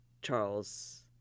Charles